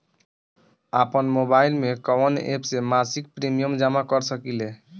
आपनमोबाइल में कवन एप से मासिक प्रिमियम जमा कर सकिले?